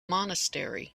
monastery